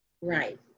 right